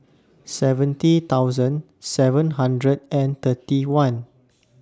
seventy thousand seven hundred and thirty one